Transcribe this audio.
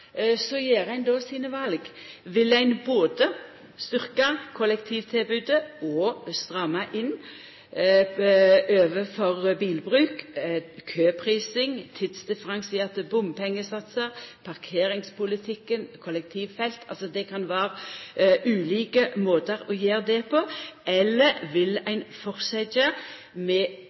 gjer ein sine val: Vil ein både styrkja kollektivtilbodet og stramma inn overfor bilbruk, ved t.d. køprising, tidsdifferensierte bompengesatsar, parkeringspolitikken, kollektivfelt – det kan vera ulike måtar å gjera det på – eller vil ein halda fram med